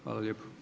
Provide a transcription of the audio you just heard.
Hvala lijepo.